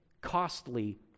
costly